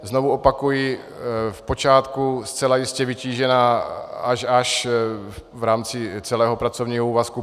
Znovu opakuji, v počátku zcela jistě vytížená až až v rámci celého pracovního úvazku.